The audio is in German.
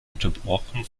unterbrochen